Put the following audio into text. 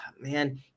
man